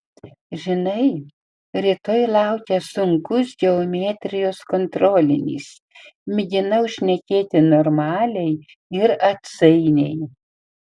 žinai rytoj laukia sunkus geometrijos kontrolinis mėginau šnekėti normaliai ir atsainiai